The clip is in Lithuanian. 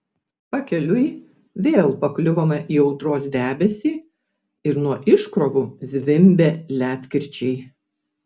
pakeliui vėl pakliuvome į audros debesį ir nuo iškrovų zvimbė ledkirčiai